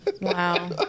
Wow